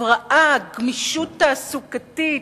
הבראה, גמישות תעסוקתית.